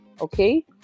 Okay